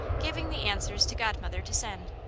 giving the answers to godmother to send.